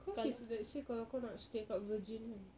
cause if let's say kalau kau nak stay kat virgin kan